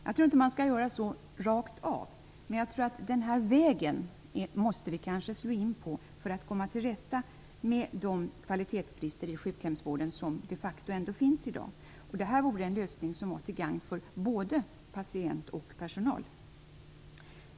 Jag tror inte man skall göra så rakt av, men jag tror att vi kanske måste slå in på den här vägen för att komma till rätta med de kvalitetsbrister i sjukhemsvården som de facto finns i dag. Detta vore till gagn för både patient och personal.